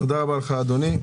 תודה רבה לך, אדוני.